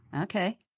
Okay